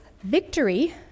victory